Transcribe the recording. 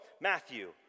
Matthew